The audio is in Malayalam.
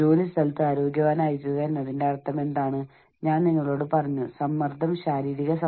ജോലിസ്ഥലത്തെ ആരോഗ്യവും ക്ഷേമവും എന്താണെന്ന് ചർച്ച ചെയ്തുകൊണ്ട് നമുക്ക് ആരംഭിക്കാം